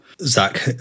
Zach